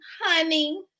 Honey